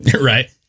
Right